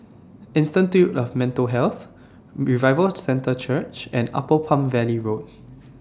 Institute of Mental Health Revival Centre Church and Upper Palm Valley Road